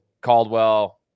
caldwell